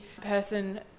person